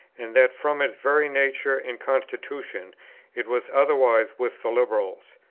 and that from its very nature and constitution it was otherwise with the liberals.